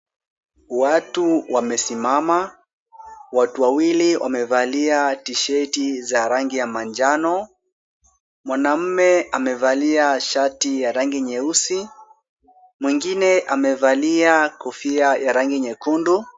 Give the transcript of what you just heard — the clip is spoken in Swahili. Watu wamesimama. Watu wawili wamevalia tisheti za rangi ya manjano. Mwanamume amevalia shati ya rangi nyeusi, mwingine amevalia kofia ya rangi nyekundu.